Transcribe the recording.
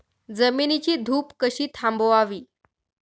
जमिनीची धूप कशी थांबवावी?